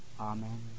Amen